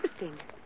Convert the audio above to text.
interesting